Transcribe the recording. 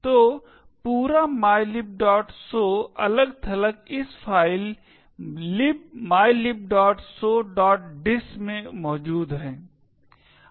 तो पूरा mylibso अलग थलग इस फ़ाइल libmylibsodiss में मौजूद है